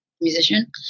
musician